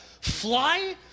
fly